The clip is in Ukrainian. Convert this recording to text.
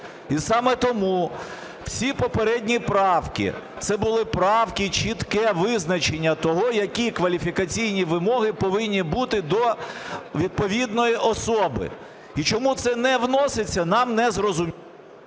І саме тому всі попередні правки - це були правки, чітке визначення того, які кваліфікаційні вимоги повинні бути до відповідної особи. І чому це не вноситься, нам не зрозуміло.